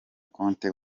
conte